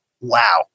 Wow